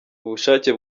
ubushake